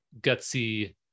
gutsy